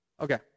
Okay